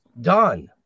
Done